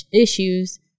issues